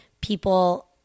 people –